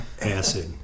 Acid